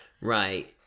Right